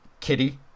kitty